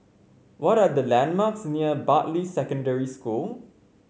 what are the landmarks near Bartley Secondary School